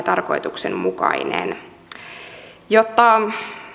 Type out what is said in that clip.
tarkoituksen mukainen jotta